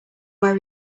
wear